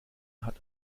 hat